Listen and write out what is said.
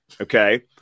Okay